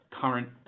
current